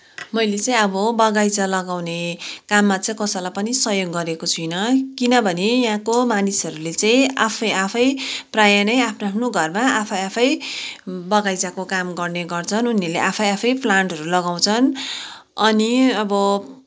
मैले चाहिँ अब बगैँचा लगाउने काममा चाहिँ कसैलाई पनि सहयोग गरेको छुइनँ किनभने यहाँको मानिसहरूले चाहिँ आफै आफै प्रायः नै आफ्नो आफ्नो घरमा आफै आफै बगैँचाको काम गर्ने गर्छन् उनीहरूले आफै आफै प्लान्टहरू लगाउँछन् अनि अब